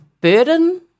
burden